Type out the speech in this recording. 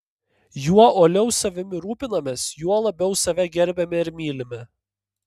juo uoliau savimi rūpinamės juo labiau save gerbiame ir mylime